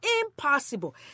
Impossible